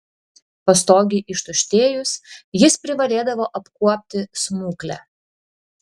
pastogei ištuštėjus jis privalėdavo apkuopti smuklę